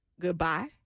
Goodbye